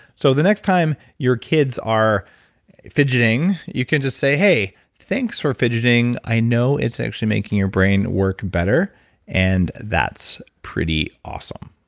so the next time your kids are fidgeting, you can just say, hey thanks for fidgeting, i know it's actually making your brain work better and that's pretty awesome.